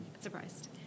surprised